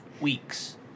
Weeks